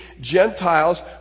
Gentiles